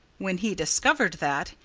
when he discovered that,